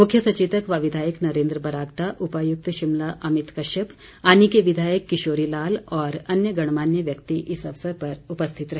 मुख्य सचेतक व विधायक नरेन्द्र बरागटा उपायुक्त शिमला अभित कश्यप आनी के विधायक किशोरी लाल और अन्य गणमान्य व्यक्ति इस अवसर पर उपस्थित रहे